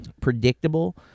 predictable